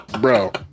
Bro